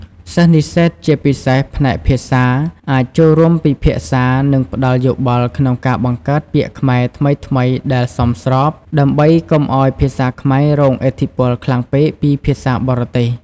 សិស្សនិស្សិត ជាពិសេសផ្នែកភាសា អាចចូលរួមពិភាក្សា និងផ្តល់យោបល់ក្នុងការបង្កើតពាក្យខ្មែរថ្មីៗដែលសមស្រប ដើម្បីកុំឱ្យភាសាខ្មែររងឥទ្ធិពលខ្លាំងពេកពីភាសាបរទេស។